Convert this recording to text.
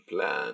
plan